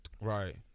Right